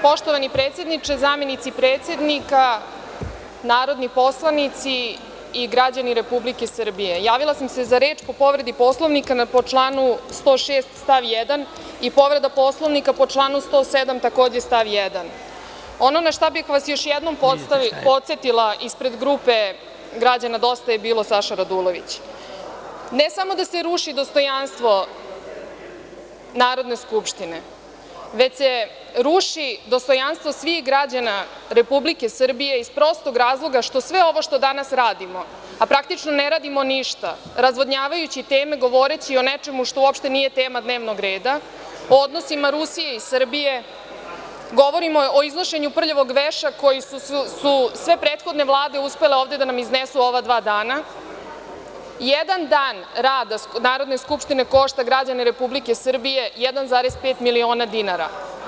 Poštovani predsedniče, zamenici predsednika, narodni poslanici i građani Republike Srbije, javila sam se za reč po povredi Poslovnika, po članu 106. stav 1. i povreda Poslovnika po članu 107. takođe stav 1. Ono na šta bih vas još jednom podsetila ispred grupe građana Dosta je bilo – Saša Radulović, ne samo da se ruši dostojanstvo Narodne skupštine, već se ruši dostojanstvo svih građana Republike Srbije iz prostog razloga što sve ovo što danas radimo, a praktično ne radimo ništa, razvodnjavajući teme, govoreći o nečemu što uopšte nije tema dnevnog reda, o odnosima Rusije i Srbije, govorimo o iznošenju prljavog veša koji su sve prethodne vlade uspele ovde da nam iznesu u ova dva dana, jedan dan rada Narodne skupštine košta građane Republike Srbije 1,5 miliona dinara.